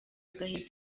agahinda